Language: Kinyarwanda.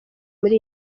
muri